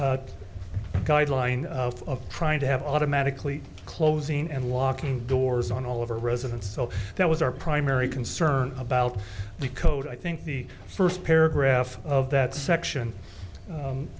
sorry guideline of trying to have automatically closing and locking doors on all of our residence so that was our primary concern about the code i think the first paragraph of that section